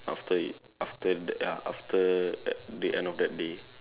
after it after that ya after at the end of that day